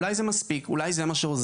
אולי זה מספיק, אולי זה מה שעוזר.